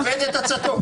הוא כיבד את עצתו.